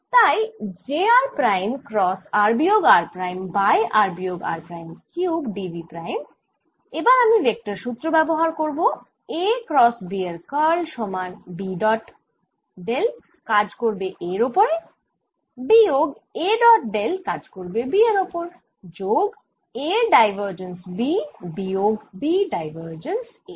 তাই j r prime cross r বিয়োগ r prime by r বিয়োগ r prime cube d v prime এবার আমি ভেক্টর সুত্র ব্যবহার করব A ক্রস B এর কার্ল সমান B ডট ডেল কাজ করবে A এর ওপর বিয়োগ A ডট ডেল কাজ করবে B এর ওপর যোগ A ডাইভার্জেন্স B বিয়োগ B ডাইভার্জেন্স A